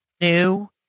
new